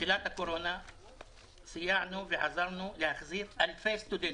בתחילת הקורונה סייענו ועזרנו להחזיר אלפי סטודנטים.